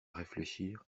réfléchir